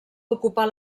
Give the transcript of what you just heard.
ocupar